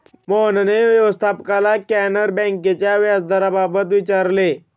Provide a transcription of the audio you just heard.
मोहनने व्यवस्थापकाला कॅनरा बँकेच्या व्याजदराबाबत विचारले